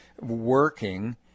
working